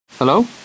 Hello